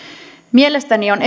mielestäni on